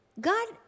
God